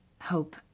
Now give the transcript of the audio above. hope